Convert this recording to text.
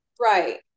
right